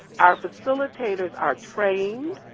our facilitators are trained.